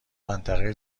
منطقه